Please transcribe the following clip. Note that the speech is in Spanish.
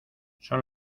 son